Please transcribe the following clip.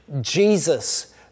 Jesus